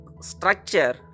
structure